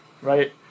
Right